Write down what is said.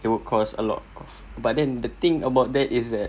it would cost a lot of but then the thing about that is that